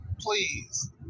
please